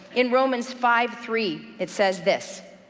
in romans five three it says this.